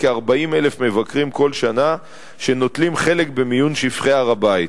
כ-400,000 מבקרים כל שנה שנוטלים חלק במיון שופכי הר-הבית.